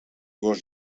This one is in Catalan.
gos